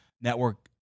network